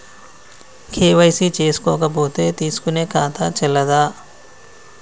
KYC చేసుకోకపోతే తీసుకునే ఖాతా చెల్లదా?